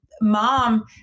mom